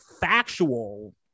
factual